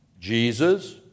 Jesus